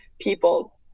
people